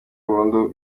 burundu